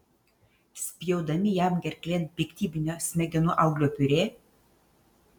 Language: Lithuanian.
spjaudami jam gerklėn piktybinio smegenų auglio piurė